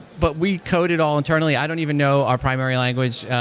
but we code it all internally. i don't even know our primary language,